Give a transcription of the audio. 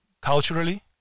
culturally